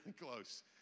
close